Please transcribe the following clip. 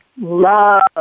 love